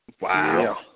Wow